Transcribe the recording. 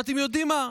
ואתם יודעים מה,